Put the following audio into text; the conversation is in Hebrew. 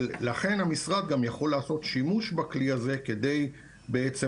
לכן המשרד גם יכול לעשות שימוש בכלי הזה כדי בעצם